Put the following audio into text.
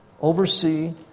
oversee